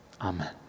Amen